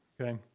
okay